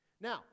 Now